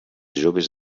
joves